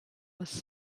was